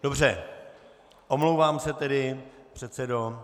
Dobře, omlouvám se tedy, předsedo.